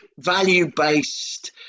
value-based